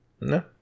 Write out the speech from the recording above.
No